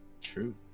True